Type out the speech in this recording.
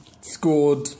scored